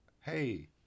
Hey